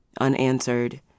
Unanswered